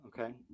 Okay